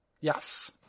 Yes